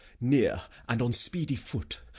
near and on speedy foot.